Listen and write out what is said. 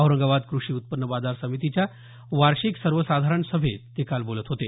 औरंगाबाद कृषी उत्पन्न बाजार समितीच्या वार्षिक सर्वसाधारण सभेत ते काल बोलत होते